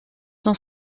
dans